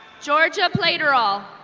georgia platerall.